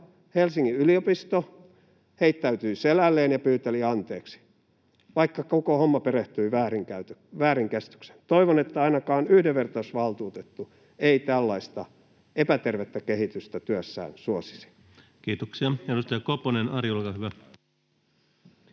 Helsingin yliopisto heittäytyi selälleen ja pyyteli anteeksi — vaikka koko homma perustui väärinkäsitykseen. Toivon, että ainakaan yhdenvertaisuusvaltuutettu ei tällaista epätervettä kehitystä työssään suosisi. [Speech 12] Speaker: